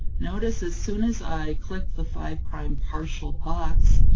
notice as soon as i clicked the five prime partial box,